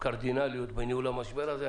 קרדינליות בניהול המשבר הזה,